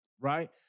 Right